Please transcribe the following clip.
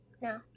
No